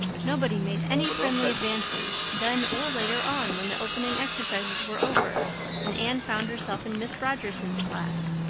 nobody made any friendly advances, then or later on when the opening exercises were over and anne found herself in miss rogerson's class.